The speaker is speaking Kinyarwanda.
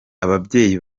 ababyeyi